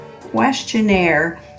questionnaire